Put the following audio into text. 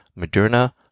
Moderna